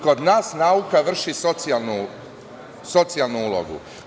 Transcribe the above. Kod nas nauka vrši socijalnu ulogu.